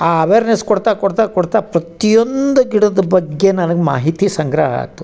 ಆ ಅವೆರ್ನೆಸ್ ಕೊಡ್ತಾ ಕೊಡ್ತಾ ಕೊಡ್ತಾ ಪ್ರತಿಯೊಂದು ಗಿಡದ ಬಗ್ಗೆ ನನಗೆ ಮಾಹಿತಿ ಸಂಗ್ರಹ ಆತು